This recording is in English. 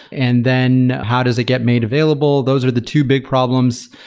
and then how does it get made available? those are the two big problems.